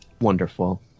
Wonderful